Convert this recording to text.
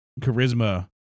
charisma